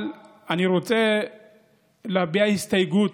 אבל אני רוצה להביע הסתייגות.